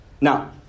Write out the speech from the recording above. Now